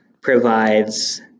provides